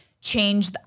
change